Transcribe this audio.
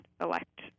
elect